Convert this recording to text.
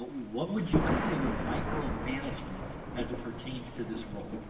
what would you consider micromanagement as it pertains to this role?